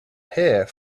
hair